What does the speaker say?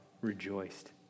rejoiced